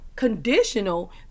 Conditional